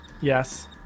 Yes